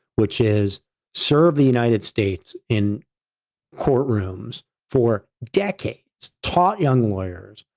which is serve the united states in courtrooms for decades, taught young lawyers,